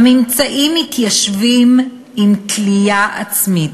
"הממצאים מתיישבים עם תלייה עצמית.